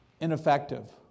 ineffective